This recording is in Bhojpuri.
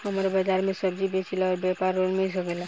हमर बाजार मे सब्जी बेचिला और व्यापार लोन मिल सकेला?